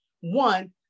one